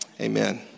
amen